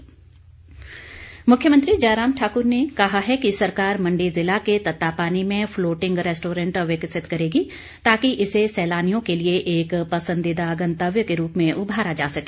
मुख्यमंत्री मुख्यमंत्री जयराम ठाक्र ने कहा है कि सरकार मंडी जिला के तत्तापानी में फ्लोटिंग रेस्टोरेंट विकसित करेगी ताकि इसे सैलानियों के लिए एक पसंदीदा गत्वय के रूप में उभारा जा सके